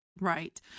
Right